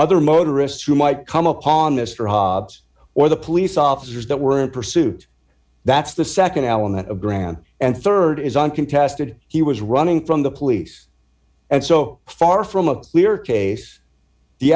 other motorists who might come upon mr hobbs or the police officers that were in pursuit that's the nd element of bran and rd is uncontested he was running from the police and so far from a clear case the